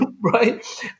right